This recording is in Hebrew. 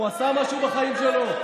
הוא עשה משהו בחיים שלו?